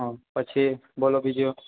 હં પછી બોલો બીજું